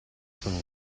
sono